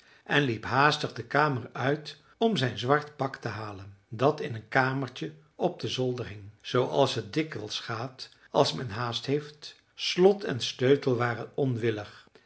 en liep haastig de kamer uit om zijn zwart pak te halen dat in een kamertje op den zolder hing zooals het dikwijls gaat als men haast heeft slot en sleutel waren onwillig